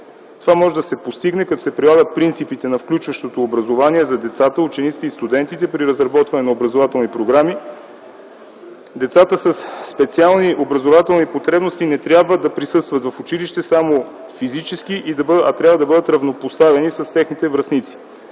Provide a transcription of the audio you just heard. Това може да се постигне като се прилагат принципите на включващото образование за децата, учениците и студентите при разработване на образователни програми. Децата със специални образователни потребности не трябва да присъстват в училище само физически, а трябва да бъдат равнопоставени с техните връстници,